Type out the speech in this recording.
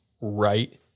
right